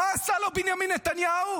מה עשה לו בנימין נתניהו?